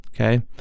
Okay